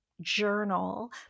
journal